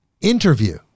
interview